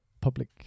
public